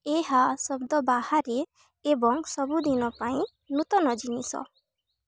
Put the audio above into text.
ଏହା ଶବ୍ଦ ବାହାରେ ଏବଂ ସବୁଦିନ ପାଇଁ ନୂତନ ଜିନିଷ